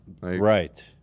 Right